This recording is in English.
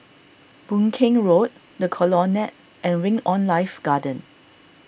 Boon Keng Road the Colonnade and Wing on Life Garden